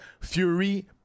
Fury